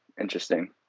interesting